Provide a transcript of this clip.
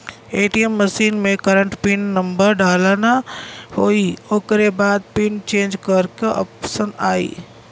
ATM machine में current pin number डालना होई ओकरे बाद पिन चेंज करे क ऑप्शन आई